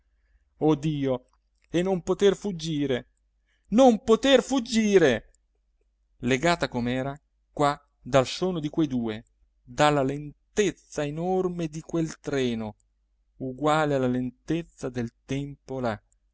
dio e non poter fuggire non poter fuggire legata com'era qua dal sonno di quei due dalla lentezza enorme di quel treno uguale alla lentezza del tempo là